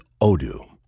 Odoo